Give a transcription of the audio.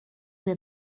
mir